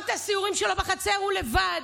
וגם בסיורים שלו בחצר הוא לבד.